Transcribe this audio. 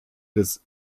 des